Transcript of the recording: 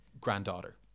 granddaughter